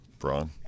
Braun